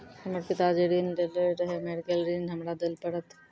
हमर पिताजी ऋण लेने रहे मेर गेल ऋण हमरा देल पड़त?